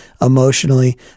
emotionally